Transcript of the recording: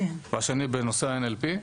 והשני בנושא ה-NLP.